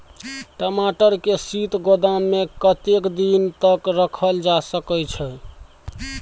टमाटर के शीत गोदाम में कतेक दिन तक रखल जा सकय छैय?